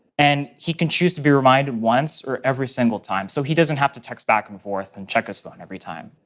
and he can choose to be reminded once or every single time, so he doesn't have to text back and forth and check his phone every time.